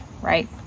right